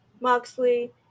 Moxley